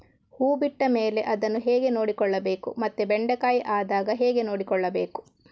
ಹೂ ಬಿಟ್ಟ ಮೇಲೆ ಅದನ್ನು ಹೇಗೆ ನೋಡಿಕೊಳ್ಳಬೇಕು ಮತ್ತೆ ಬೆಂಡೆ ಕಾಯಿ ಆದಾಗ ಹೇಗೆ ನೋಡಿಕೊಳ್ಳಬೇಕು?